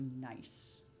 nice